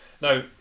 Now